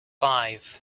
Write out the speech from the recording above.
five